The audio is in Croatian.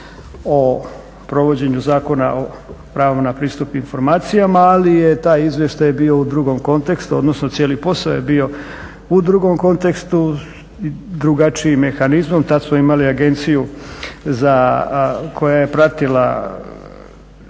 o provođenju Zakona o pravima na pristup informacijama, ali je taj izvještaj bio u drugom kontekstu odnosno cijeli posao je bio u drugom kontekstu, drugačiji mehanizam, tad smo imali Agenciju za, koja je pratila,